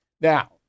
Now